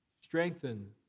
Strengthen